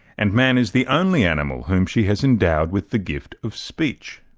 and man is the only animal whom she has endowed with the gift of speech.